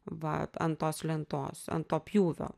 va ant tos lentos ant to pjūvio